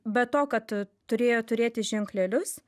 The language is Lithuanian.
be to kad turėjo turėti ženklelius